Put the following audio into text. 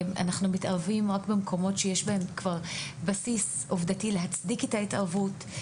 אנחנו מתערבים רק במקומות שכבר יש בסיס עובדתי להצדקת ההתערבות.